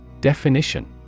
Definition